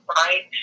right